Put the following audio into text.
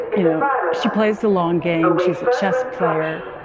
you know, she plays the long game. she's a chess player.